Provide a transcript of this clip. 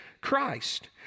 Christ